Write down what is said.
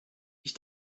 ich